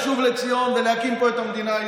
לשוב לציון ולהקים פה את המדינה היהודית,